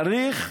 צריך